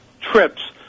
trips